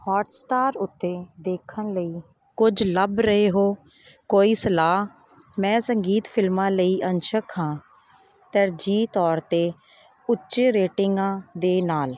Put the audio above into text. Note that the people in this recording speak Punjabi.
ਹੌਟਸਟਾਰ ਉੱਤੇ ਦੇਖਣ ਲਈ ਕੁਝ ਲੱਭ ਰਹੇ ਹੋ ਕੋਈ ਸਲਾਹ ਮੈਂ ਸੰਗੀਤ ਫਿਲਮਾਂ ਲਈ ਅੰਸ਼ਕ ਹਾਂ ਤਰਜੀਹ ਤੌਰ 'ਤੇ ਉੱਚੇ ਰੇਟਿੰਗਾਂ ਦੇ ਨਾਲ